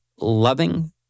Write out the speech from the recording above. loving